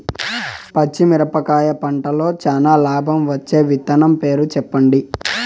పచ్చిమిరపకాయ పంటలో చానా లాభం వచ్చే విత్తనం పేరు చెప్పండి?